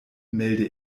melde